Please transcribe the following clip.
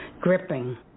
gripping